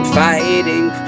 fighting